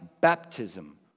baptism